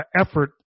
effort